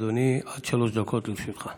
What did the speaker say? אדוני, עד שלוש דקות לרשותך.